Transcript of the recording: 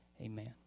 Amen